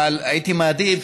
אבל הייתי מעדיף,